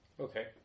Okay